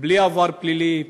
בלי עבר פלילי,